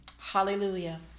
Hallelujah